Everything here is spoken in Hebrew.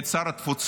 ואת שר התפוצות,